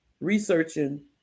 researching